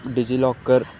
digi locker